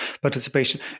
participation